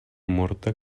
morta